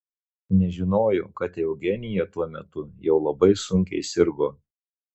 nežinojo kad eugenija tuo metu jau labai sunkiai sirgo